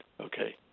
okay